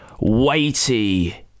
weighty